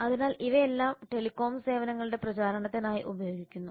അതിനാൽ ഇവയെല്ലാം ടെലികോം സേവനങ്ങളുടെ പ്രചാരണത്തിനായി ഉപയോഗിക്കുന്നു